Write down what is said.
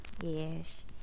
Yes